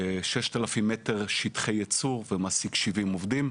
6,000 מטר שטחי ייצור ומעסיק 70 עובדים.